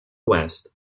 west